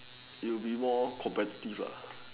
it will be more competitive lah